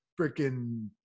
freaking